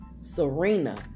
Serena